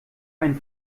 einen